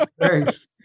thanks